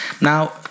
Now